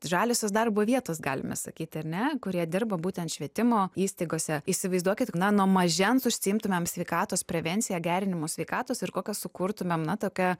žaliosios darbo vietos galime sakyti ar ne kurie dirba būtent švietimo įstaigose įsivaizduokit na nuo mažens užsiimtumėm sveikatos prevencija gerinimu sveikatos ir kokią sukurtumėm na tokią